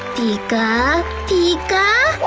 pika pika